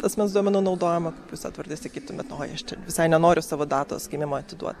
asmens duomenų naudojimo jūs edvardai sakytumėt oi aš čia visai nenoriu savo datos gimimo atiduoti